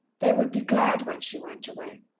they would be glad when she went away.